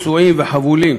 פצועים וחבולים.